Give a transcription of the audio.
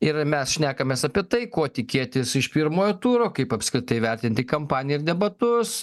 ir mes šnekamės apie tai ko tikėtis iš pirmojo turo kaip apskritai vertinti kampaniją ir debatus